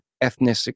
ethnic